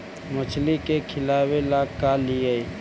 मछली के खिलाबे ल का लिअइ?